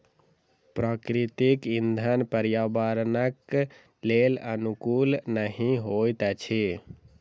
प्राकृतिक इंधन पर्यावरणक लेल अनुकूल नहि होइत अछि